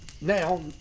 Now